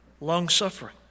long-suffering